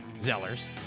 Zellers